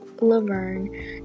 Laverne